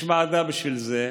יש ועדה בשביל זה,